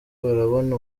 barabona